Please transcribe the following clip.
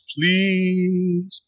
Please